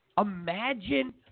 Imagine